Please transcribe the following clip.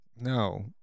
No